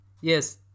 Yes